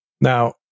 Now